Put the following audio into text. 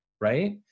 right